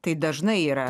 tai dažnai yra